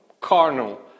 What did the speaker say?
carnal